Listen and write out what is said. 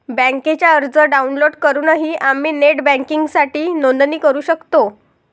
बँकेचा अर्ज डाउनलोड करूनही आम्ही नेट बँकिंगसाठी नोंदणी करू शकतो